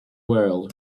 world